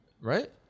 Right